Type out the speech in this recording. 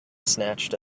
snatched